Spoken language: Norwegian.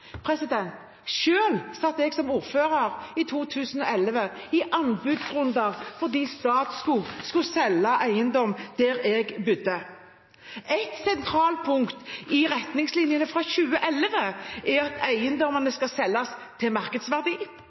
satt jeg, som ordfører, i 2011 i anbudsrunder fordi Statskog skulle selge eiendom der jeg bodde. Et sentralt punkt i retningslinjene fra 2011 er at eiendommene skal selges til markedsverdi,